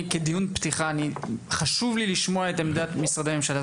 כדיון פתיחה חשוב לי לשמוע את עמדת משרדי הממשלה,